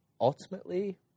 ultimately